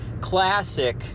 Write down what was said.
Classic